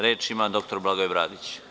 Reč ima dr Blagoje Bradić.